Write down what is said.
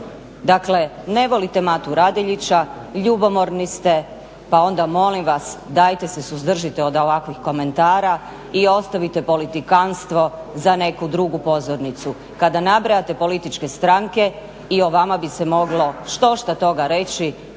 Dakle, ne volite Mate Radeljića, ljubomorni ste pa onda molim vas dajte se suzdržite od ovakvih komentara i ostavite politikantstvo za neku drugu pozornicu. Kada nabrajate političke stranke i o vama bi se moglo štošta toga reći,